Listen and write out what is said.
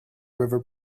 river